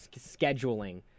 scheduling